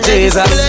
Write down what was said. Jesus